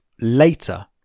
later